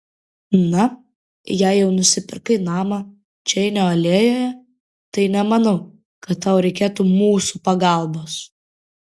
na jei jau nusipirkai namą čeinio alėjoje tai nemanau kad tau reikėtų mūsų pagalbos